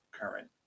current